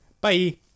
Bye